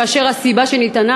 כאשר הסיבה שניתנה,